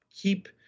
keep